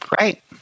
Right